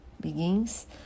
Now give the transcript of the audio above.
begins